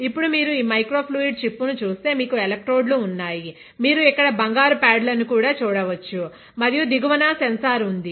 ఇప్పుడు మీరు ఈ మైక్రో ఫ్లూయిడ్ చిప్ ను చూస్తే మీకు ఎలక్ట్రోడ్ లు ఉన్నాయి మీరు ఇక్కడ బంగారు పాడ్స్ లను చూడవచ్చు మరియు దిగువన సెన్సార్ ఉంది